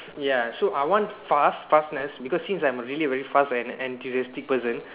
ya so I want fast fastness because since I am a really very fast and enthusiastic person